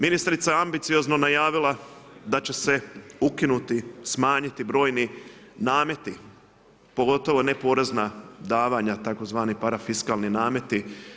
Ministrica je ambiciozno najavila da će se ukinuti, smanjiti brojni nameti pogotovo neporezna davanja tzv. parafiskalni nameti.